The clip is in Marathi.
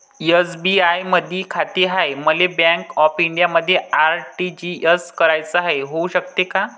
एस.बी.आय मधी खाते हाय, मले बँक ऑफ इंडियामध्ये आर.टी.जी.एस कराच हाय, होऊ शकते का?